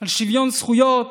על שוויון זכויות,